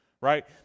right